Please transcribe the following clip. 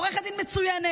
עורכת דין מצוינת,